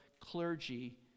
clergy